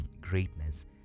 greatness